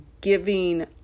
giving